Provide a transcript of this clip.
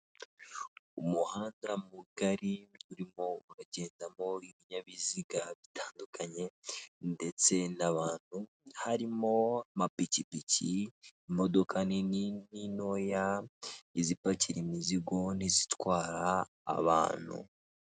Umuhanda mugari urimo uragendam ibinyabiziga bitandukanye ndetse n'abantu harimo amapikipiki, imodoka nini n'intoya izipakira imizigo n'izitwara abantu .